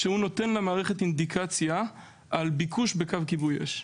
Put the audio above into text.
שנותן למערכת אינדיקציה על ביקוש בקו כיבוי אש.